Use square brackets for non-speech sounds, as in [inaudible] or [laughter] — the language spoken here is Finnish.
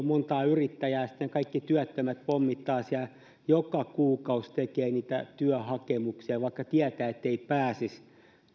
[unintelligible] montaa yrittäjää sitten ne kaikki työttömät pommittavat siellä joka kuukausi tekevät niitä työhakemuksia vaikka tietävät etteivät pääsisi